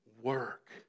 work